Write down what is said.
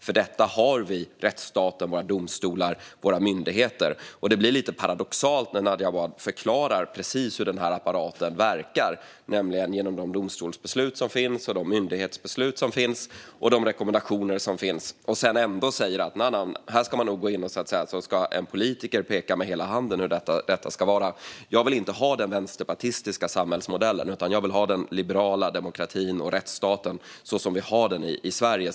För detta har vi rättsstaten, våra domstolar och myndigheter. Det blir lite paradoxalt när Nadja Awad förklarar precis hur apparaten verkar - nämligen genom domstolsbeslut, myndighetsbeslut och rekommendationer - och ändå säger att en politiker ska gå in och peka med hela handen. Jag vill inte ha den vänsterpartistiska samhällsmodellen, utan jag vill ha den liberala demokratin och rättsstaten som vi har den i Sverige.